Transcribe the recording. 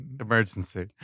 Emergency